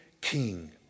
king